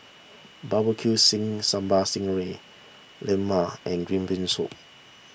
Barbecue Sambal Sting Ray Lemang and Green Bean Soup